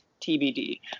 TBD